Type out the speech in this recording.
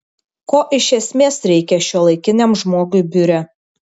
ko iš esmės reikia šiuolaikiniam žmogui biure